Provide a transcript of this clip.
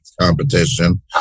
competition